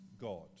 God